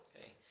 okay